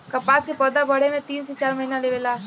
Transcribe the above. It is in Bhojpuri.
कपास के पौधा बढ़े में तीन से चार महीना लेवे ला